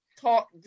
talk